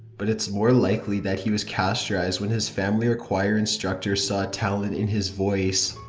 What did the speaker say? but it's more likely that he was castrated when his family or choir instructors saw a talent in his voice.